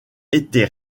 été